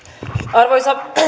arvoisa